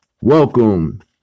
welcome